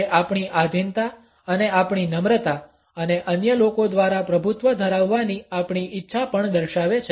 તે આપણી આધીનતા અને આપણી નમ્રતા અને અન્ય લોકો દ્વારા પ્રભુત્વ ધરાવવાની આપણી ઇચ્છા પણ દર્શાવે છે